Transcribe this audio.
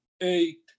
eight